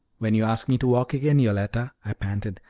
when you ask me to walk again, yoletta, i panted,